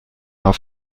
auf